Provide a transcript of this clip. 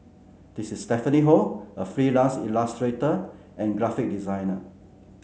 this is Stephanie Ho a freelance illustrator and graphic designer